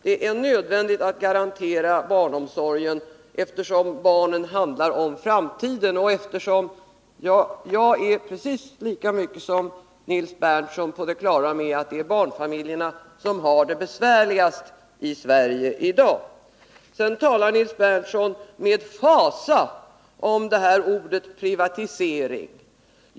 Det är nödvändigt att garantera barnomsorgen, eftersom barnen handlar om framtiden och eftersom jag är precis lika mycket som Nils Berndtson på det klara med att det är barnfamiljerna som har det besvärligast i Sverige i dag. Nils Berndtson talar med fasa om ordet privatisering.